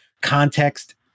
context